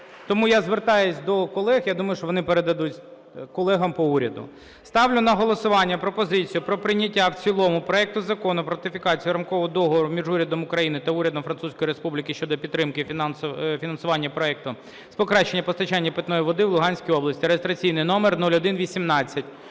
Тому я звертаюсь до колег, я думаю, що вони передадуть колегам по уряду. Ставлю на голосування пропозицію про прийняття в цілому проекту Закону про ратифікацію Рамкового договору між Урядом України та Урядом Французької Республіки щодо підтримки фінансування проекту з покращення постачання питної води в Луганській області (реєстраційний номер 0118).